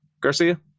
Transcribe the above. garcia